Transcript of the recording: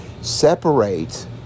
separate